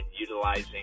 utilizing